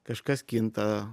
kažkas kinta